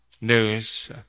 news